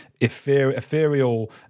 ethereal